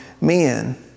men